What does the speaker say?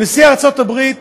נשיא ארצות הברית